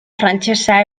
frantsesa